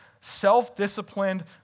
self-disciplined